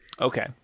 Okay